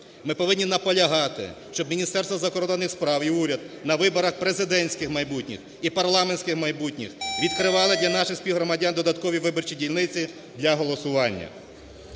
Ми повинні наполягати, щоб Міністерство закордонних справ і уряд на виборах президентських майбутніх і парламентських майбутніх відкривали для наших співгромадян додаткові виборчі дільниці для голосування.